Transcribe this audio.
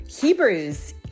Hebrews